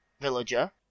villager